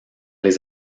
les